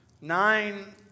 nine